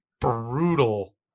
brutal